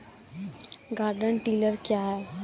Garden tiller क्या हैं?